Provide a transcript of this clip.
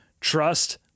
Trust